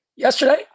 Yesterday